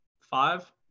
Five